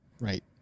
Right